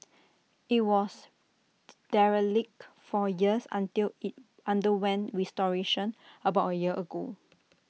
IT was derelict for years until IT underwent restoration about A year ago